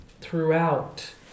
throughout